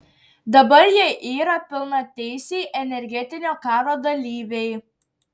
dabar jie yra pilnateisiai energetinio karo dalyviai